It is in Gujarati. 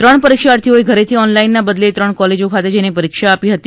ત્રણ પરીક્ષાર્થીઓએ ઘરેથી ઓનલાઈનના બદલે ત્રણ કોલેજો ખાતે જઈને પરીક્ષા આપી હતી